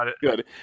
good